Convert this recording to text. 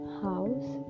house